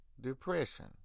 depression